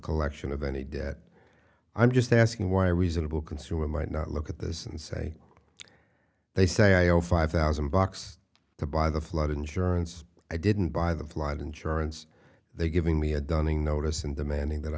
collection of any debt i'm just asking why reasonable consumer might not look at this and say they say oh five thousand bucks to buy the flood insurance i didn't buy the flood insurance they're giving me a dunning notice and demanding that